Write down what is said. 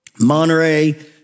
Monterey